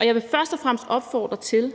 jeg vil først og fremmest opfordre til,